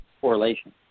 correlation